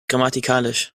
grammatikalisch